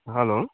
hello